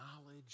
knowledge